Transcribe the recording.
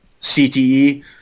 CTE